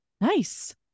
Nice